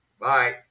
Bye